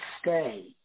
stay